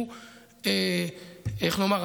איך נאמר,